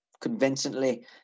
convincingly